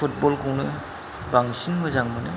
फुटबलखौनो बांसिन मोजां मोनो